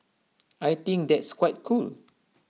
I think that's quite cool